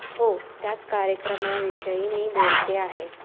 हो त्याच कार्यक्रमाविषयी मी बोलते आहे